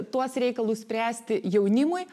tuos reikalus spręsti jaunimui